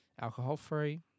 alcohol-free